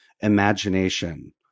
imagination